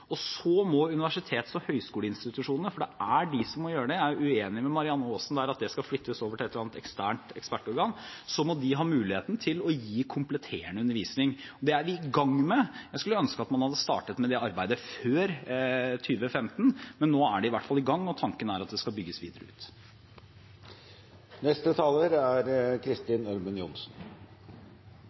og så må universitets- og høyskoleinstitusjonene – for det er de som må gjøre det, jeg er uenig med Marianne Aasen i at det skal flyttes over til et eller annet eksternt ekspertorgan – ha muligheten til å gi kompletterende undervisning. Det er vi i gang med. Jeg skulle ønske at man hadde startet med det arbeidet før 2015, men nå er det i hvert fall i gang, og tanken er at det skal bygges videre